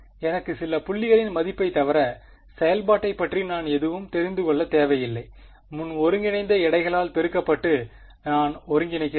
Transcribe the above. எனக்கு சில புள்ளிகளின் மதிப்பை தவிர செயல்பாட்டைப் பற்றி நான் எதுவும் தெரிந்து கொள்ளத் தேவையில்லை முன் ஒருங்கிணைந்த எடைகளால் பெருக்கப்பட்டு நான் ஒருங்கிணைக்கிறேன்